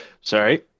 Sorry